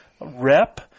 rep